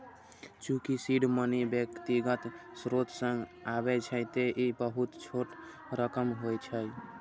चूंकि seed money व्यक्तिगत स्रोत सं आबै छै, तें ई बहुत छोट रकम होइ छै